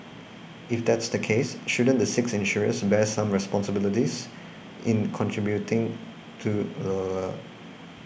if that's the case shouldn't the six insurers bear some responsibility in contributing to the